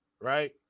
Right